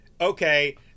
okay